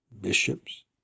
bishops